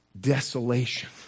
desolation